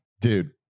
dude